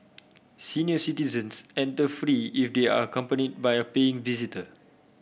senior citizens enter free if they are accompanied by a paying visitor